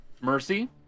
Mercy